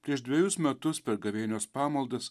prieš dvejus metus per gavėnios pamaldas